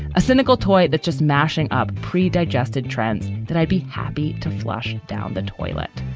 a cynical toy that just mashing up pre-digested trends that i'd be happy to flushed down the toilet.